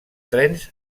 trens